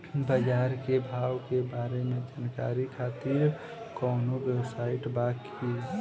बाजार के भाव के बारे में जानकारी खातिर कवनो वेबसाइट बा की?